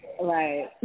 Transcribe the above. Right